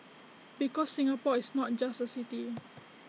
because Singapore is not just A city